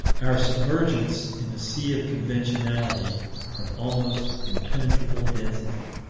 our submergence in a sea of conventionality of almost impenetrable density.